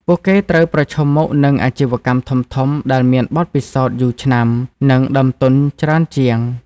ពួកគេត្រូវប្រឈមមុខនឹងអាជីវកម្មធំៗដែលមានបទពិសោធន៍យូរឆ្នាំ និងដើមទុនច្រើនជាង។